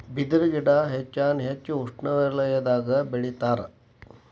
ಬಿದರು ಗಿಡಾ ಹೆಚ್ಚಾನ ಹೆಚ್ಚ ಉಷ್ಣವಲಯದಾಗ ಬೆಳಿತಾರ